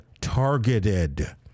targeted